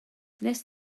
wnest